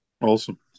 Awesome